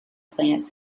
plants